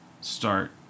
start